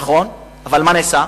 נכון, אבל מה נעשה?